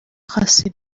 خاصی